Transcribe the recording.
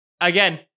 again